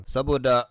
Saboda